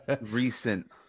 Recent